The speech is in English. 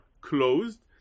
closed